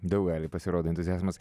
daug gali pasirodo entuziazmas